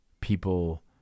people